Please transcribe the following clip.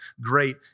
great